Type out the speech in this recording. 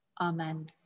amen